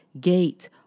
gate